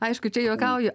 aišku čia juokauju